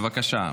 בבקשה.